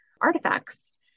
artifacts